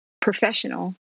professional